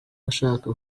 ashaka